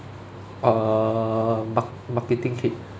uh mark~ marketing kid